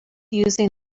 using